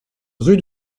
rue